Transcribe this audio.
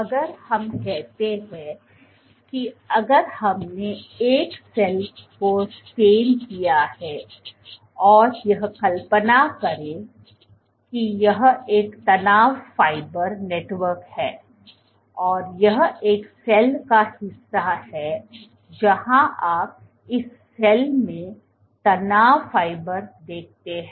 अगर हम कहते हैं कि अगर हमने एक सेल को स्टॆऩ किया है और यह कल्पना करे कि यह एक तनाव फाइबर नेटवर्क है और यह एक सेल का हिस्सा है जहां आप इस सेल में तनाव फाइबर देखते हैं